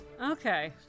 Okay